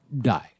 die